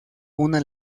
una